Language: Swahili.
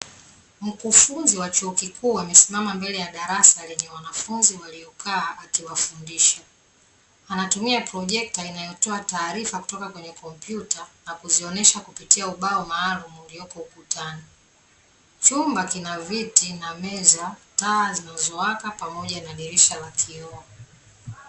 Mkufunzi wa chuo kikuu amesimama mbele ya darasa lenye wanafunzi waliokaa akiwafundisha, anatumia projekta inayotoa taarifa kutoka kwenye kompyuta na kuzionesha kupitia ubao maalumu ulioko ukutani, chumba kina viti na meza, taa zinazowaka pamoja na dirisha la kioo.